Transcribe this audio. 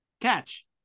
catch